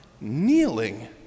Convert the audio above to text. kneeling